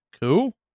Cool